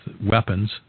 weapons